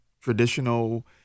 traditional